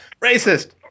racist